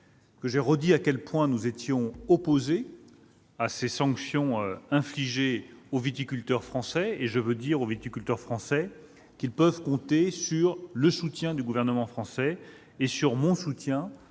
ai redit à quel point nous étions opposés aux sanctions infligées aux viticulteurs français. Il faut que ces derniers sachent qu'ils peuvent compter sur le soutien du gouvernement français, et sur mon soutien,